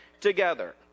together